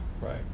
right